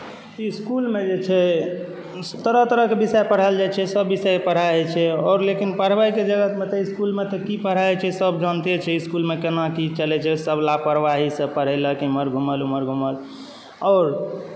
इस्कुलमे जे छै तरह तरहके विषय पढ़ाएल जाइत छै सभविषय पढ़ाइ होइत छै आओर लेकिन पढ़बयके जगहमे तऽ इस्कुलमे की पढ़ाइ होइत छै सभ जानिते छै इस्कुलमे केना की चलैत छै सभ लापरवाहीसे पढ़ेलक इम्हर घूमल उम्हर घूमल आओर